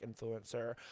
influencer